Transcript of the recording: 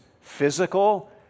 physical